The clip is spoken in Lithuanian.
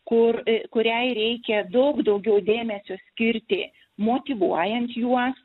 kur kuriai reikia daug daugiau dėmesio skirti motyvuojant juos